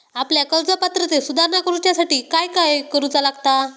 आपल्या कर्ज पात्रतेत सुधारणा करुच्यासाठी काय काय करूचा लागता?